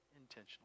intentionally